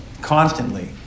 constantly